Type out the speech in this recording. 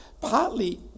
partly